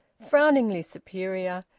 frowningly superior,